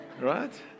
right